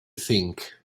think